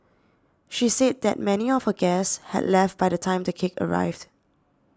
she said that many of her guests had left by the time the cake arrived